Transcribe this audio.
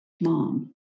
mom